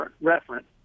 reference